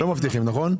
אתם לא מבטיחים, נכון?